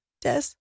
des